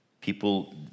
people